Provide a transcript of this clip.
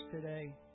today